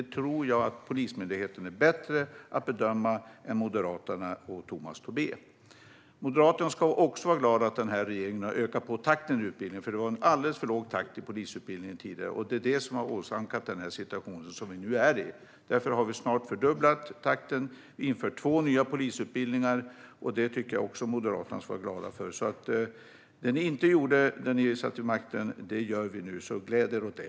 Jag tror att Polismyndigheten är bättre att bedöma detta än Moderaterna och Tomas Tobé. Moderaterna borde också vara glada över att regeringen har ökat takten i utbildningen. Det var alldeles för låg takt i polisutbildningen tidigare, vilket åsamkade den situation vi nu befinner oss i. Därför har vi snart fördubblat takten och infört två nya polisutbildningar. Detta tycker jag att Moderaterna också ska vara glada över. Det ni inte gjorde när ni satt vid makten gör vi nu. Gläd er åt det!